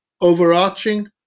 overarching